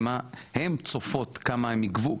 מה הן צופות כמה הן יגבו,